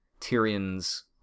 Tyrion's